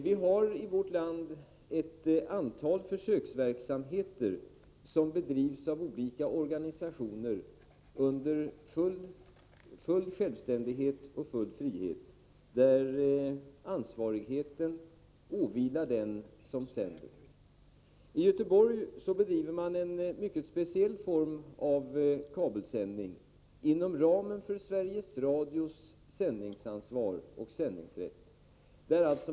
Vi har i vårt land ett antal försöksverksamheter, som bedrivs av olika organisationer under full självständighet och full frihet, där ansvarigheten åvilar den som sänder. I Göteborg bedriver man emellertid en mycket speciell form av kabel-TV sändningar inom ramen för Sveriges Radios sändningsansvar och sändningsrätt.